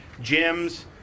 Gyms